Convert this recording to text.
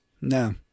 No